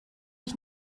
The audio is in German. ich